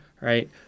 right